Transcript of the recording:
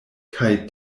kaj